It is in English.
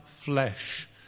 flesh